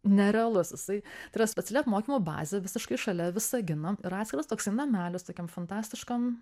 nerealus jisai tai yra speciali apmokymo bazė visiškai šalia visagino ir atskiras toksai namelis tokiam fantastiškam